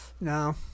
No